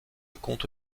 compte